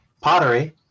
pottery